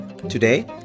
Today